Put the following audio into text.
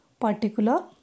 particular